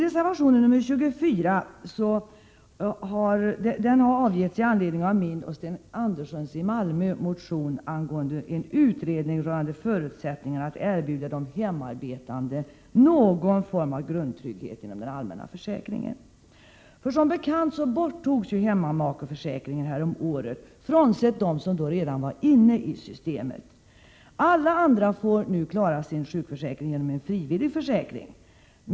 Reservation nr 24 har avgetts med anledning av min och Sten Anderssons i Malmö motion om en utredning rörande förutsättningarna att erbjuda de hemarbetande någon form av grundtrygghet inom den allmänna försäkringen. Som bekant togs möjligheten till hemmamakeförsäkring bort häromåret, bortsett från den som redan var inne i systemet. Alla andra får nu klara sin sjukförsäkring genom en frivillig försäkring.